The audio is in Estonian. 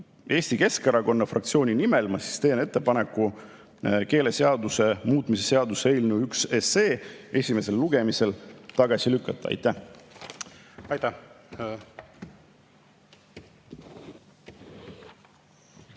Eesti Keskerakonna fraktsiooni nimel teen ettepaneku keeleseaduse muutmise seaduse eelnõu 1 esimesel lugemisel tagasi lükata. Aitäh!